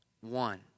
one